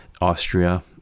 Austria